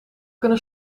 kunnen